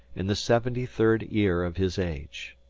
in the seventy-third year of his age.